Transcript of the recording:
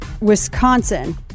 Wisconsin